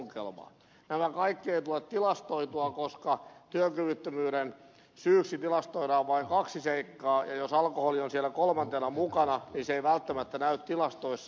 nämä kaikki eivät tule tilastoitua koska työkyvyttömyyden syyksi tilastoidaan vain kaksi seikkaa ja jos alkoholi on siellä kolmantena mukana niin se ei välttämättä näy tilastoissa